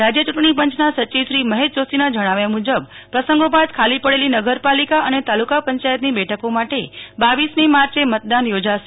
રાજય યુંટણી પંયના સચિવ શ્રી મહેશ જોષીના જણાવ્યા મુજબ આજે પ્રસંગોપાત ખાલી પડેલી નગરપાલિકા અને તાલુકા પંચાયતની બેઠકો માટે રરમી માર્ચે મતદાન યોજાશે